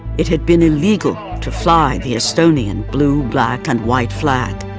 it had been illegal to fly the estonian blue, black and white flag,